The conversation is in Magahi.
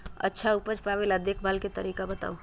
अच्छा उपज पावेला देखभाल के तरीका बताऊ?